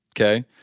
okay